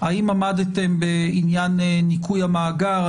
האם עמדתם בעניין ניקוי המאגר,